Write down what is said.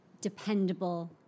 dependable